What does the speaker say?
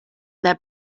that